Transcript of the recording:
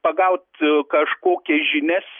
pagaut kažkokias žinias